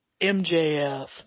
MJF